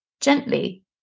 gently